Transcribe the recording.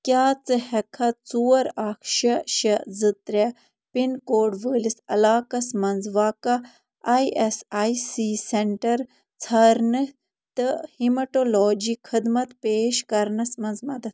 کیٛاہ ژٕ ہیٚکہِ کھا ژور اکھ شےٚ شےٚ زٕ ترٛےٚ پِن کوڈ وٲلِس علاقس مَنٛز واقع آے ایٚس آے سی سیٚنٹر ژھارنہٕ تہٕ ہیٖمَٹولوجی خدمت پیش کرنَس مَنٛز مدد